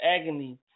agony